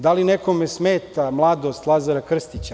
Da li nekome smeta mladost Lazara Krstića?